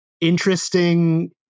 interesting